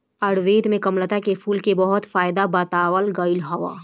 आयुर्वेद में कामलता के फूल के बहुते फायदा बतावल गईल हवे